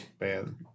Man